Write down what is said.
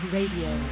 Radio